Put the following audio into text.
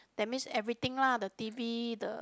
that means everything lah the t_v the